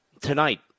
Tonight